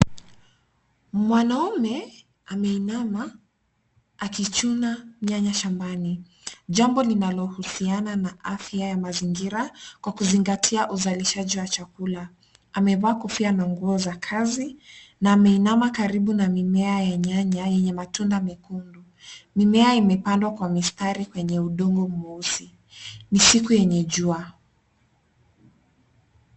Mwanaume ameinama akichuna nyanya shambani. Jambo linalohusiana na afya ya mazingira kwa kuzingatia uzalishaji wa chakula. Amevaa kofia na nguo za kazi na ameinama karibu na mimea ya nyanya yenye matunda mekundu. Mimea imepandwa kwa mistari penye udongo mweusi. Ni siku yenye jua.